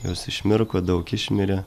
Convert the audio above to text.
jos išmirko daug išmirė